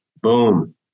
boom